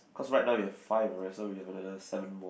cause right now you have five right so we have another seven more